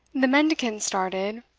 the mendicant started,